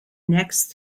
next